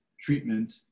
treatment